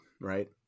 Right